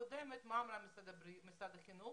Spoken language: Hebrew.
משרד החינוך